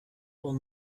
will